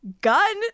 gun